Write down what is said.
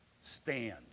stand